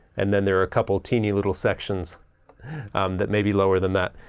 and then there are a couple teeny little sections that may be lower than that,